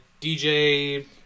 DJ